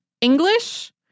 English